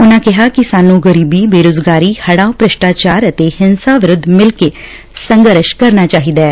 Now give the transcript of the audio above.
ਉਨੁਾਂ ਕਿਹਾ ਕਿ ਸਾਨੂੰ ਗਰੀਬੀ ਬੇਰੁਜ਼ਗਾਰੀ ਹੜੁਾਂ ਭ੍ਸਿਸਟਾਚਾਰ ਅਤੇ ਹਿੰਸਾ ਵਿਰੁੱਧ ਮਿਲਕੇ ਸੰਘਰਸ਼ ਕਰਨਾ ਚਾਹੀਦਾ ਐ